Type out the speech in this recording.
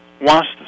wants